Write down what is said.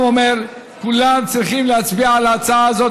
כולם צריכים להצביע על ההצעה הזאת,